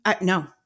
No